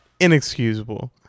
inexcusable